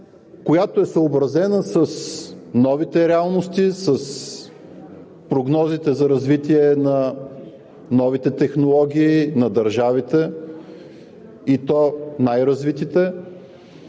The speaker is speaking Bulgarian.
съобразена с новите реалности, с прогнозите за развитие на новите технологии, на държавите, и то най-развитите,